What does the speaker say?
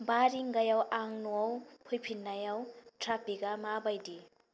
बा रिंगायाव आं न'आव फैफिननायाव ट्राफिकआ मा बायदि